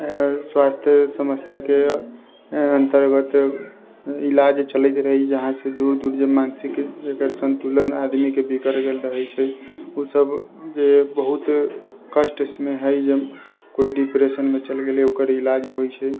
स्वास्थ्य समस्याके अन्तर्गत इलाज चलैत रहै यहाँसँ दूर दूर जे मानसिक एकर सन्तुलन आदमीके बिगड़ि गेल रहै छै उ सब जे बहुत कष्ट उसमे हय जे कोइ डिप्रेशनमे चलि गेलै ओकर इलाज होइ छै